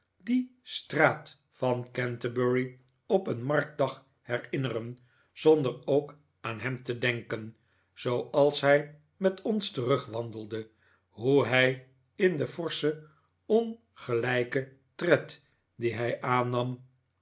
die straat van canterbury op een marktdag herinneren zonder ook aan hem te denken zooals hij met ons terugwandelde hoe hij in den forschen ongelijken tred dien hij aannam